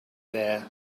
there